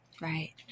Right